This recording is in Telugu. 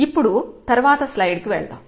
ఇప్పుడు తర్వాత స్లైడ్ కి వెళ్దాం